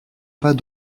pas